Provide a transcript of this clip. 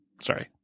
Sorry